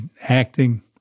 acting